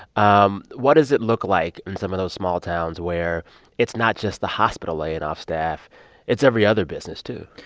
um what does it look like in some of those small towns where it's not just the hospital laying off staff it's every other business, too?